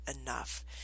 enough